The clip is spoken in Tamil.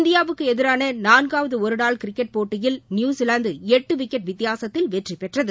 இந்தியாவுக்கு எதிரான நான்காவது ஒருநாள் கிரிக்கெட் போட்டியில் நியுசிலாந்து எட்டு விக்கெட் வித்தியாசத்தில் வெற்றிபெற்றது